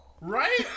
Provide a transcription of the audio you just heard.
Right